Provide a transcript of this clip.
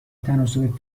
تناسب